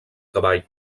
cavall